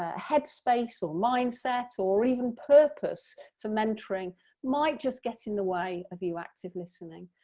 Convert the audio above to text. ah headspace or mindset or even purpose for mentoring might just get in the way of you active listening?